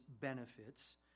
benefits